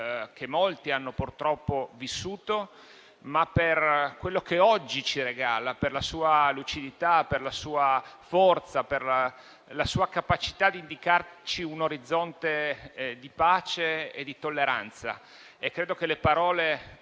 che molti hanno purtroppo vissuto, ma anche per quello che oggi ci regala, per la sua lucidità, la sua forza e la sua capacità di indicarci un orizzonte di pace e di tolleranza. Credo che le parole